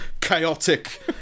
chaotic